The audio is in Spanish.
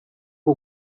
qué